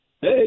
Hey